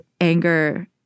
anger